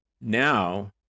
Now